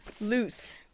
Loose